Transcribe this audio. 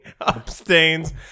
upstains